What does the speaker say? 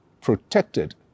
protected